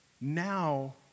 now